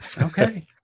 Okay